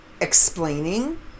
explaining